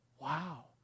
wow